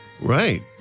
Right